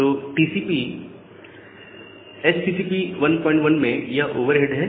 तो एचटीटीपी 11 में यह ओवरहेड है